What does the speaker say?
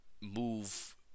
move